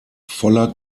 voller